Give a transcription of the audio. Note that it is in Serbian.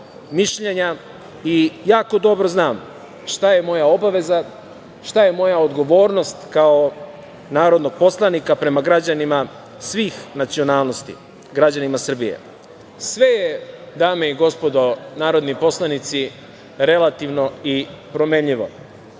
mišljenja i jako dobro znam šta je moja obaveza, šta je moja odgovornost kao narodnog poslanika prema građanima svih nacionalnosti, građanima Srbije. Sve je, dame i gospodo narodni poslanici, relativno i promenljivo,